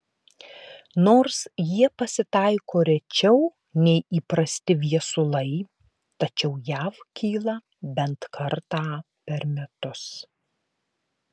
nors jie pasitaiko rečiau nei įprasti viesulai tačiau jav kyla bent kartą per metus